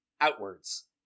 outwards